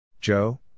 Joe